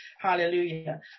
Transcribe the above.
Hallelujah